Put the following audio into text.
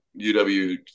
UW